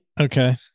Okay